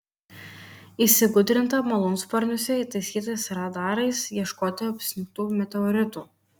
įsigudrinta malūnsparniuose įtaisytais radarais ieškoti apsnigtų meteoritų